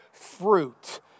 fruit